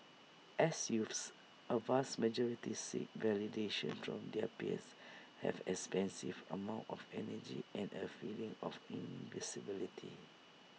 as youths A vast majority seek validation from their peers have expansive amounts of energy and A feeling of invincibility